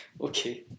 Okay